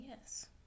yes